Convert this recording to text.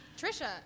Trisha